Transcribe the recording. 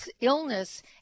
illness